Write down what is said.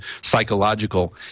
psychological